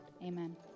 amen